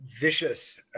vicious